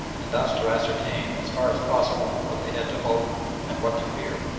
and thus to ascertain as far as possible what they had to hope and what to fear.